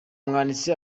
umwanditsi